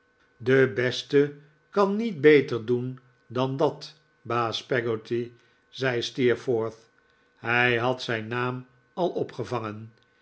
de beste kan niet beter doen dan dat baas peggotty zei steerforth hij had zijn naam al opgevangen